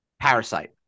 Parasite